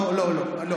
לא, לא.